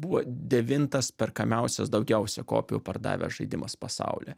buvo devintas perkamiausias daugiausia kopijų pardavęs žaidimas pasaulyje